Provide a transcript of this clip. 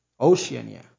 Oceania